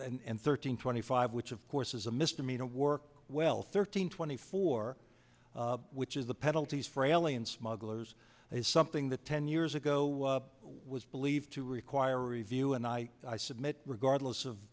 six and thirteen twenty five which of course is a misdemeanor work well thirteen twenty four which is the penalties for alien smugglers is something that ten years ago was believed to require review and i i submit regardless of